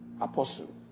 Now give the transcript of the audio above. Apostle